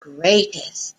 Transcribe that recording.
greatest